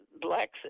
blacks